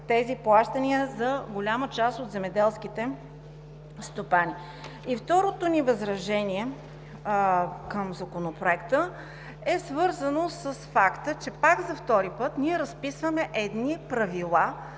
за 2018 г. за голяма част от земеделските стопани. Второто ни възражение към Законопроекта е свързано с факта, че за втори път разписваме правила